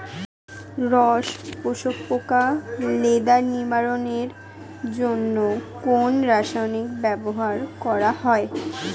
রস শোষক পোকা লেদা নিবারণের জন্য কোন রাসায়নিক ব্যবহার করা হয়?